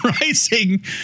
Rising